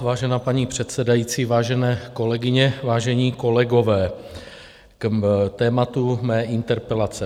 Vážená paní předsedající, vážené kolegyně, vážení kolegové, k tématu mé interpelace.